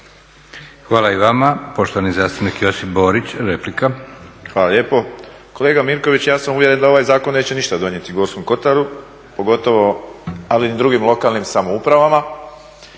Hvala i vama. Poštovani zastupnik Josip Borić, replika. **Borić, Josip (HDZ)** Hvala lijepo. Kolega Mirković ja sam uvjeren da ovaj zakon neće ništa donijeti Gorskom kotaru ali ni drugim lokalnim samoupravama.